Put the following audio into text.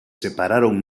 separaron